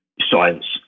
science